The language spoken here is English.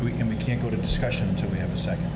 we can we can't go to discussion until we have a second